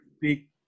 big